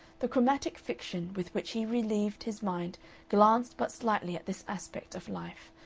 the chromatic fiction with which he relieved his mind glanced but slightly at this aspect of life,